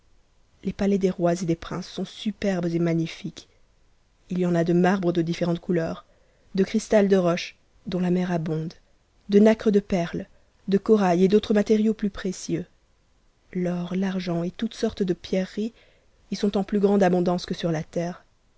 les palais des rois et des princes sont superbes et magniuques il y en a de marbre de différentes couleurs de rista de roche douuamcr abonde de nacre de perle de corail et d'autres matériaux plus précieux l'or l'argent et toutes sortes de pierreries y sont en plus grande aboudance que sur la terre